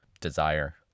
desire